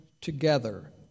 together